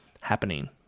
happening